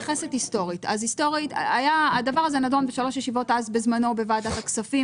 היסטורית הדבר הזה נדון בשלוש ישיבות אז בוועדת הכספים.